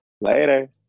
Later